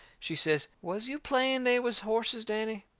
she says, was you playing they was horses, danny?